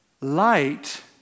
light